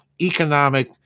economic